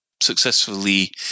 successfully